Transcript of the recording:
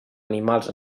animals